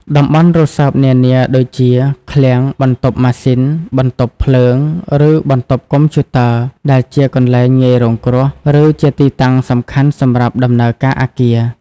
តំបន់រសើបនានា ដូចជា ឃ្លាំង បន្ទប់ម៉ាស៊ីន បន្ទប់ភ្លើង ឬបន្ទប់កុំព្យូទ័រ ដែលជាកន្លែងងាយរងគ្រោះ ឬជាទីតាំងសំខាន់សម្រាប់ដំណើរការអគារ។